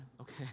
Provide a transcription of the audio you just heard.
okay